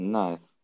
nice